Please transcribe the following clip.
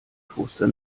toaster